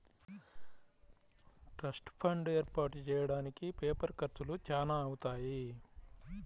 trust fund ఏర్పాటు చెయ్యడానికి paper ఖర్చులు చానా అవుతాయి